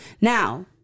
Now